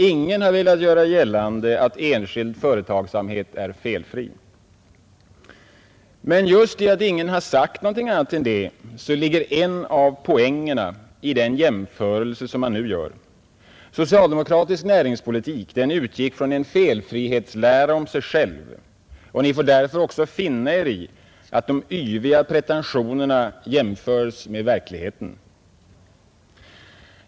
Ingen har velat göra gällande att enskild företagsamhet är felfri. Men just i att ingen sagt något annat ligger en av poängerna i den jämförelse man nu gör. Socialdemokratisk näringspolitik utgick från en felfrihetslära om sig själv. Ni får därför finna Er i att de yviga pretentionerna jämförs med verkligheten.